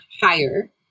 higher